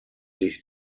sich